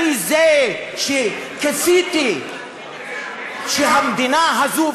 שאני זה שחוקקתי שהמדינה הזאת,